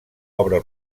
obra